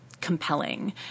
compelling